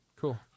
Cool